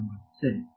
term ಗಳು ಸರಿ